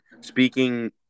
speaking